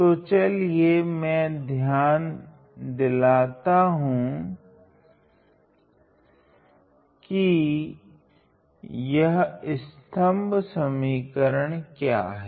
तो चलिए मैं ध्यान दिलाता हूँ कि यह स्तम्भ समीकरण क्या हैं